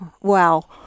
wow